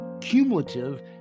cumulative